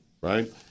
right